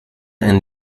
ein